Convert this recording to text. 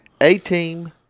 A-Team